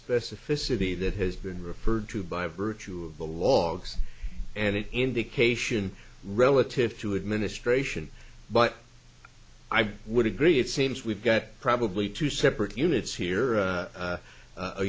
specificity that has been referred to by virtue of the logs and it indication relative to administration but i would agree it seems we've got probably two separate units here